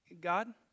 God